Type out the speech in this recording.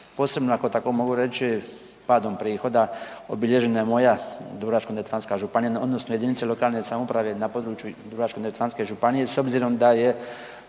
posebno ako tako mogu reći padom prihoda obilježena je moja Dubrovačko-neretvanska županija odnosno jedinice lokalne samouprave na području Dubrovačko-neretvanske županije s obzirom da je